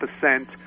percent